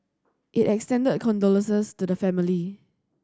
it extended condolences to the family